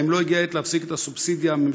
3. האם לא הגיעה העת להפסיק את הסובסידיה הממשלתית